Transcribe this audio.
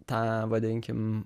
tą vadinkim